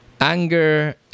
anger